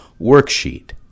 worksheet